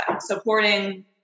supporting